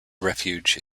refuge